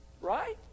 right